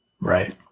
Right